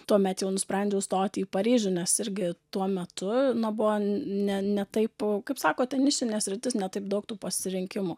tuomet jau nusprendžiau stoti į paryžių nes irgi tuo metu na buvo ne ne taip kaip sako tai nišinė sritis ne taip daug tų pasirinkimų